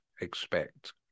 expect